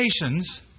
nations